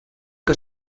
que